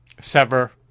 sever